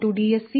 Dsb